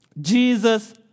Jesus